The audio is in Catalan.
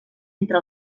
entre